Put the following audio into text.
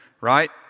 right